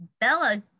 Bella